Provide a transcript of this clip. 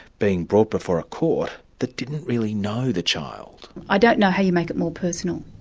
being brought before a court that didn't really know the child. i don't know how you make it more personal.